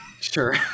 Sure